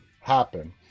happen